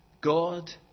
God